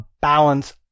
balance